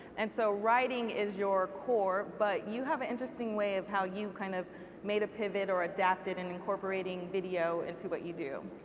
and so writing is your core, but you have an interesting way of how you kind of made a pivot or adapted in incorporating video into what you do.